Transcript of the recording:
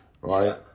right